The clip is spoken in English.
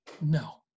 No